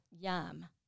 yum